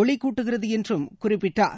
ஒளி கூட்டுகிறது என்றும் குறிப்பிட்டார்